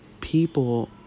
people